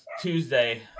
Tuesday